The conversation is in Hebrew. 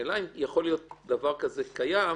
השאלה אם דבר כזה יכול להיות קיים,